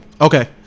Okay